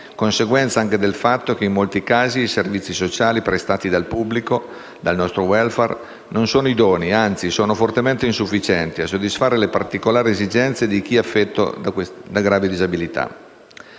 conseguenza anche del fatto che in molti casi i servizi sociali prestati dal "pubblico", dal nostro *welfare*, non sono idonei, anzi, sono fortemente insufficienti a soddisfare le particolari esigenze di chi è affetto da grave disabilità.